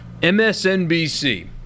MSNBC